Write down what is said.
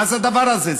מה זה הדבר הזה?